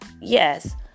Yes